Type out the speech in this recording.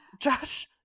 Josh